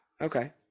Okay